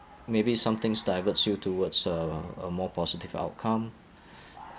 maybe some things diverts you towards uh a more positive outcome